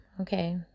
okay